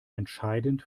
entscheidend